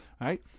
Right